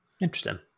Interesting